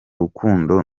rukundo